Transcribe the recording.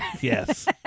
Yes